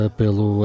pelo